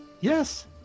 Yes